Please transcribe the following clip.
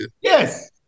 Yes